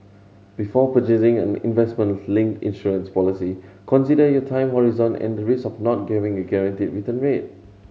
before purchasing an investment linked insurance policy consider your time horizon and the risk of not given a guaranteed return rate